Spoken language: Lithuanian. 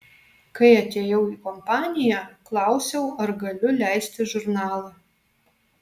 kai atėjau į kompaniją klausiau ar galiu leisti žurnalą